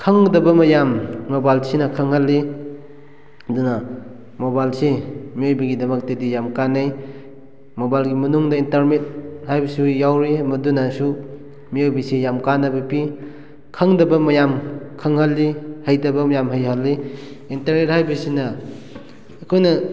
ꯈꯪꯒꯗꯕ ꯃꯌꯥꯝ ꯃꯣꯕꯥꯏꯜꯁꯤꯅ ꯈꯪꯍꯜꯂꯤ ꯑꯗꯨꯅ ꯃꯣꯕꯥꯏꯜꯁꯤ ꯃꯤꯑꯣꯏꯕꯒꯤꯗꯃꯛꯇꯗꯤ ꯌꯥꯝ ꯀꯥꯟꯅꯩ ꯃꯣꯕꯥꯏꯜꯒꯤ ꯃꯅꯨꯡꯗ ꯏꯟꯇꯔꯅꯦꯠ ꯍꯥꯏꯕꯁꯨ ꯌꯥꯎꯔꯤ ꯃꯗꯨꯅꯁꯨ ꯃꯤꯑꯣꯏꯕꯁꯤ ꯌꯥꯝ ꯀꯥꯟꯅꯕ ꯄꯤ ꯈꯪꯗꯕ ꯃꯌꯥꯝ ꯈꯪꯍꯜꯂꯤ ꯍꯩꯇꯕ ꯃꯌꯥꯝ ꯍꯩꯍꯜꯂꯤ ꯏꯟꯇꯔꯅꯦꯠ ꯍꯥꯏꯕꯁꯤꯅ ꯑꯩꯈꯣꯏꯅ